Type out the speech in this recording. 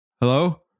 Hello